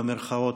במירכאות,